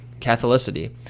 Catholicity